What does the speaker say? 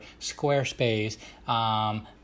Squarespace